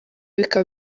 bikaba